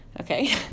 okay